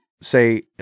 say